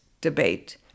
debate